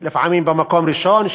לפעמים היא במקום הראשון,